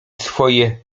swoje